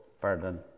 pardon